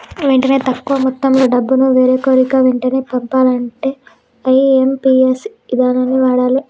వెంటనే తక్కువ మొత్తంలో డబ్బును వేరొకరికి వెంటనే పంపాలంటే ఐ.ఎమ్.పి.ఎస్ ఇదానాన్ని వాడాలే